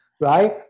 right